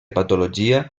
patologia